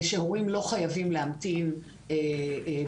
הורים לא חייבים להמתין למענה.